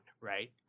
right